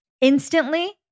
Instantly